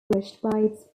distinguished